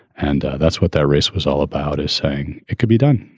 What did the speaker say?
and that's what that race was all about, is saying it could be done.